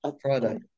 Friday